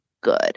good